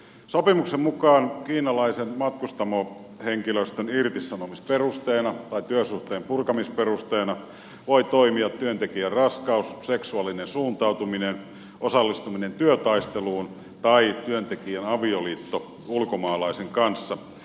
sopimuksen mukaan kiinalaisen matkustamohenkilöstön irtisanomisperusteena tai työsuhteen purkamisperusteena voi toimia työntekijän raskaus seksuaalinen suuntautuminen osallistuminen työtaisteluun tai työntekijän avioliitto ulkomaalaisen kanssa